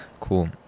Cool